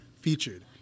featured